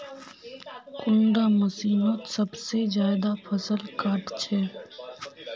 कुंडा मशीनोत सबसे ज्यादा फसल काट छै?